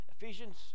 Ephesians